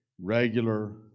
regular